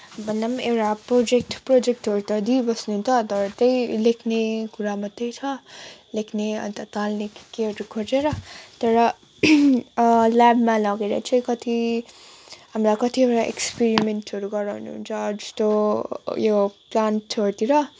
भन्दा पनि एउटा प्रोजेक्ट प्रोजेक्टहरू त दिइबस्नुहुन्छ अनि त त्यही लेख्ने कुरा मात्रै छ लेख्ने अन्त टाल्ने के केहरू खोजेर तर ल्याबमा लगेर चाहिँ कति हामीलाई कत्तिवटा एक्सपेरिमेन्टहरू गराउनुहुन्छ जस्तो यो प्लान्टहरूतिर